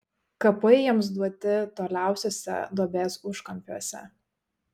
kapai jiems duoti toliausiuose duobės užkampiuose